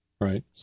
Right